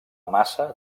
maça